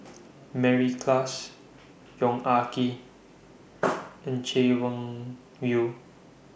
Mary Klass Yong Ah Kee and Chay Weng Yew